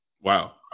Wow